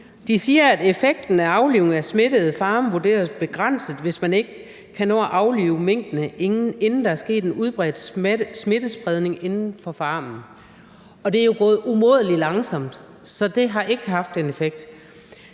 De siger, at effekten af aflivning af smittede besætninger vurderes til at være begrænset, hvis man ikke kan nå at aflive minkene, inden der er sket en udbredt smittespredning inden for farmen. Og det er jo gået umådelig langsomt, så det har ikke haft en effekt.